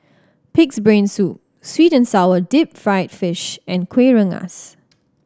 Pig's Brain Soup sweet and sour deep fried fish and Kueh Rengas